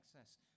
access